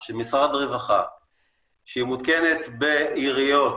--- של משרד הרווחה שמותקנת בעיריות